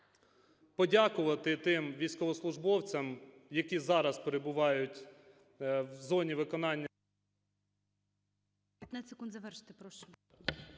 подякувати тим військовослужбовцям, які зараз перебувають в зоні виконання…